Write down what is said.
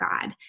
God